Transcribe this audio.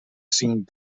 cinc